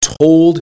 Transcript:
told